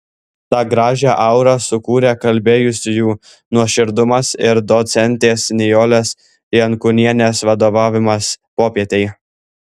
tą gražią aurą sukūrė kalbėjusiųjų nuoširdumas ir docentės nijolės jankūnienės vadovavimas popietei